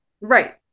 Right